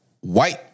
white